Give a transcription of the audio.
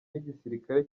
n’igisirikare